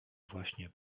właśnie